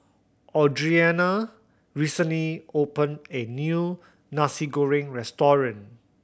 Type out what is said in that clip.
Audrianna recently opened a new Nasi Goreng restaurant